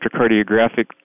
electrocardiographic